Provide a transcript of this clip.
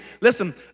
Listen